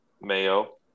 Mayo